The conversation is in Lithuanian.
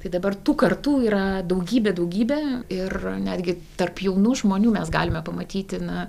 tai dabar tų kartų yra daugybė daugybė ir netgi tarp jaunų žmonių mes galime pamatyti na